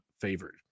favored